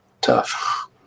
tough